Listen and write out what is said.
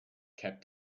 kept